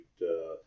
right